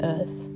Earth